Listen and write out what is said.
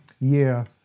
year